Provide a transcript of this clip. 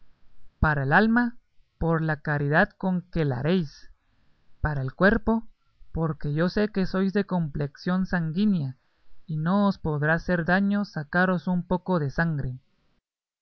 para el alma por la caridad con que la haréis para el cuerpo porque yo sé que sois de complexión sanguínea y no os podrá hacer daño sacaros un poco de sangre